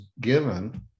given